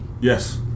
Yes